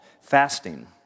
fasting